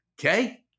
okay